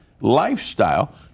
lifestyle